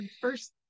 First